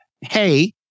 hey